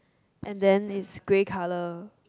and then is grey colour